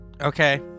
Okay